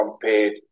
compared